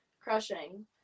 crushing